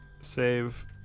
save